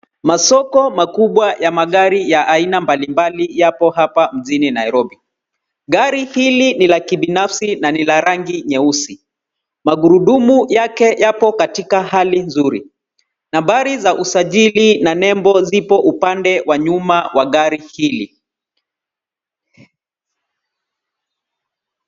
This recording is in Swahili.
Masoko makubwa ya magari ya aina mbalimbali yapo hapa mjini Nairobi. Gari hili ni la kibinafsi na ni la rangi nyeusi. Magurudumu yake yapo katika hali nzuri. Nambari za usajili na nembo zipo upande wa nyuma wa gari hili.